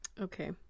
Okay